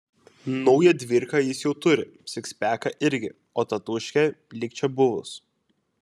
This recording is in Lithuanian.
naują dvyrką jis jau turi sikspeką irgi o tatūškė lyg čia buvus